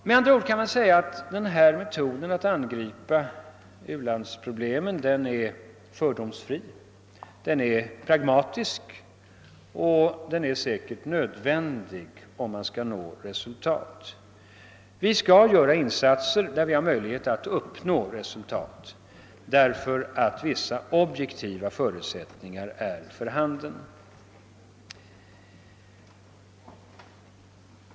Man kan säga att denna metod att angripa u-landsproblemen är fördomsfri, pragmatisk och säkert också nödvändig för att nå resultat. Vi skall göra insatser där vi har möjligheter att uppnå resultat därför att vissa objektiva förutsättningar är för handen.